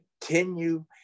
continue